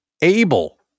able